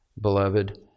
beloved